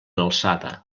alçada